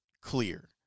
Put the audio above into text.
clear